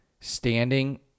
standing